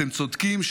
אתם צודקים,